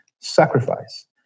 sacrifice